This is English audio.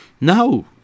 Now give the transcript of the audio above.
No